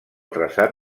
traçat